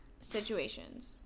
situations